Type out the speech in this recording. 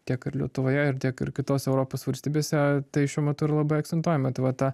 tiek ir lietuvoje ir tiek ir kitose europos valstybėse tai šiuo metu ir labai akcentuojama tai va ta